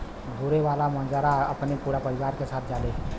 घुमे वाला मजूरा अपने पूरा परिवार के साथ जाले